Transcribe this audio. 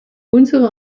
unserer